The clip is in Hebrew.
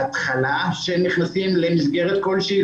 בהתחלה כשהם נכנסים למסגרת כלשהיא,